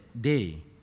day